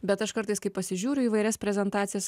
bet aš kartais kai pasižiūriu įvairias prezentacijas